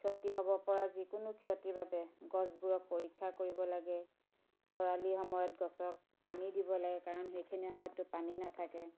ক্ষতি হ'ব পৰা যিকোনো ক্ষতিৰ বাবে গছবোৰক পৰীক্ষা কৰিব লাগে খৰালি সময়ত গছক পানী দিব লাগে কাৰণ সেইখিনি সময়তটো পানী নাথাকে